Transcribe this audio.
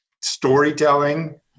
storytelling